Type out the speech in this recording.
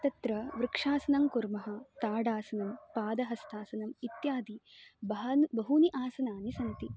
तत्र वृक्षासनं कुर्मः ताडासनं पादहस्तासनम् इत्यादि महान् बहूनि आसनानि सन्ति